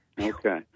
Okay